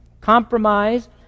Compromise